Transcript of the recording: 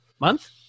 month